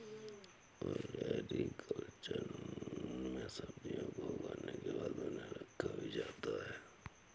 olericulture में सब्जियों को उगाने के बाद उन्हें रखा भी जाता है